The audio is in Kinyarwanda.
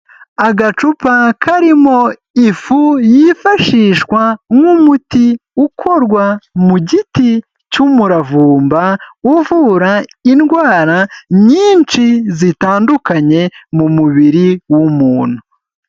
Agacupa karimo ifu yifashishwa nk'umuti ukorwa mu giti cy'umuravumba, uvura indwara nyinshi zitandukanye mu mubiri w'umuntu.